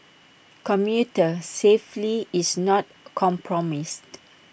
commuter safely is not compromised